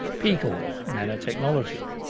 peak oil, nano-technology,